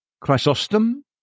Chrysostom